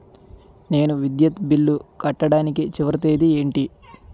నేను విద్యుత్ బిల్లు కట్టడానికి చివరి తేదీ ఏంటి?